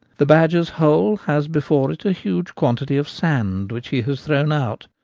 the badger's hole has before it a huge quantity of sand, which he has thrown out,